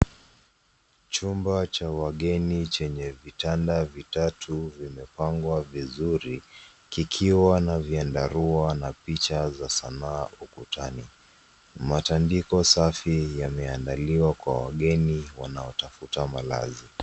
Chumba cha wageni chenye vitanda vitatu vimepangwa vizuri kikiwa na vyandarua na picha za sanaa ukutani. Matandiko safi yameandaliwa kwa wageni wanaotafuta malazi.